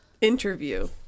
Interview